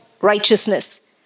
righteousness